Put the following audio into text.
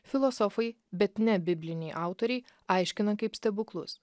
filosofai bet ne bibliniai autoriai aiškina kaip stebuklus